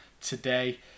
today